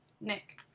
Nick